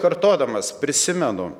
kartodamas prisimenu